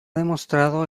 demostrado